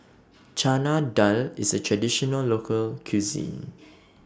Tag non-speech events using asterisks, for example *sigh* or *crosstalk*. Chana Dal IS A Traditional Local Cuisine *noise*